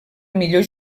millor